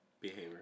behavior